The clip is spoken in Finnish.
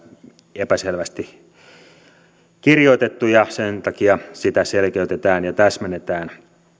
epäselvästi kirjoitettu ja sen takia sitä selkeytetään ja täsmennetään